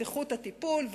את איכות הטיפול,